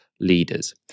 leaders